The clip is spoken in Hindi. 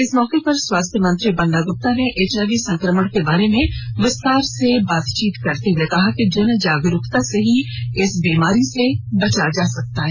इस मौके पर स्वास्थ्य मंत्री बन्ना ग्रप्ता ने एचआईवी संकमण के बारे में विस्तार से बताते हुए कहा कि जन जागरूकता से इस बीमारी से बचा जा सकता है